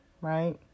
right